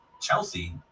Chelsea